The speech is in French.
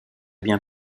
bien